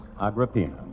Agrippina